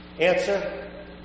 Answer